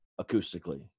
Acoustically